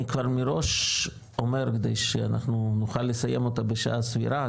אני כבר מראש אומר כדי שאנחנו נוכל לסיים אותה בשעה סבירה,